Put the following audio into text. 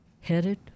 headed